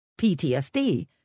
PTSD